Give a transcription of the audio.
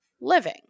living